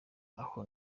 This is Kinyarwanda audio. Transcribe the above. aho